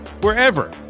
wherever